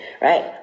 right